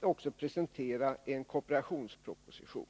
också presentera en kooperationsproposition.